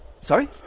Sorry